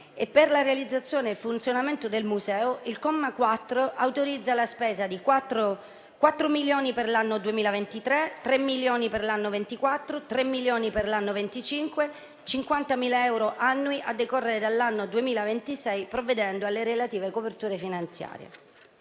Per la realizzazione e il funzionamento del Museo, il comma 4 autorizza la spesa di 4 milioni per l'anno 2023, 3 milioni per l'anno 2024, 3 milioni per l'anno 2025 e 50.000 euro annui a decorrere dall'anno 2026, provvedendo alle relative coperture finanziarie.